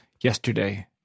Yesterday